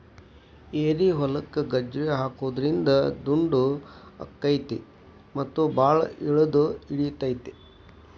ಏರಿಹೊಲಕ್ಕ ಗಜ್ರಿ ಹಾಕುದ್ರಿಂದ ದುಂಡು ಅಕೈತಿ ಮತ್ತ ಬಾಳ ಇಳದು ಇಳಿತೈತಿ